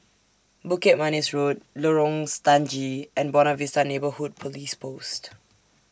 Bukit Manis Road Lorong Stangee and Buona Vista Neighbourhood Police Post